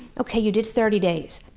okay, you did thirty days.